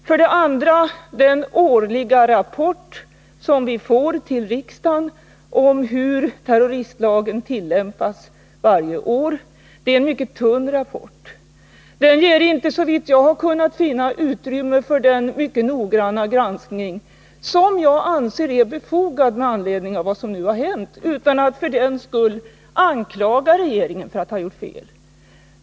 För det andra har vi den årliga rapporten som vi får till riksdagen om hur terroristlagen tillämpas. Det är en mycket tunn rapport. Den ger inte såvitt jag har kunnat finna utrymme för den mycket noggranna granskning som jag anser är befogad med anledning av vad som nu har hänt, utan att jag för den skull anklagar regeringen för att ha gjort fel.